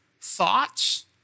thoughts